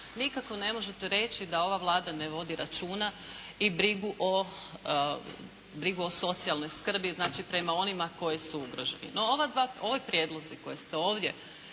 Nikako ne možete reći da ova Vlada ne vodi računa i brigu o socijalnoj skrbi. Znači, prema onima koji su ugroženi. No ovi prijedlozi koje ste ovdje